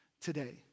today